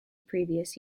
previous